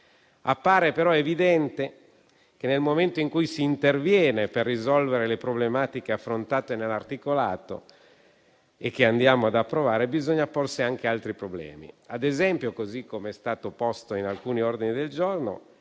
Appare però evidente che, nel momento in cui si interviene per risolvere le problematiche affrontate nell'articolato che andiamo ad approvare, bisogna forse considerare anche altri problemi. Ad esempio, così come è stato proposto in alcuni ordini del giorno,